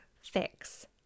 fix